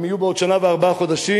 הם יהיו בעוד שנה וארבעה חודשים,